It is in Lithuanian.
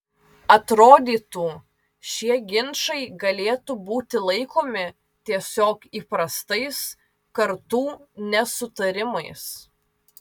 atrodytų šie ginčai galėtų būti laikomi tiesiog įprastais kartų nesutarimais